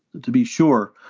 to be sure.